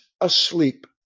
asleep